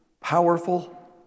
powerful